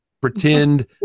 Pretend